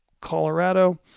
Colorado